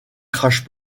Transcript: crache